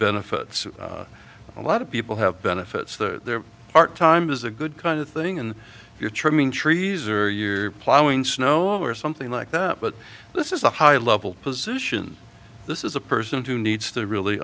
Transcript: benefits a lot of people have benefits the part time is a good kind of thing and you're trimming trees or you're plowing snow or something like that but this is a high level positions this is a person who needs to really